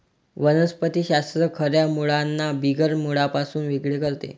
वनस्पति शास्त्र खऱ्या मुळांना बिगर मुळांपासून वेगळे करते